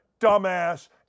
dumbass